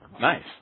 nice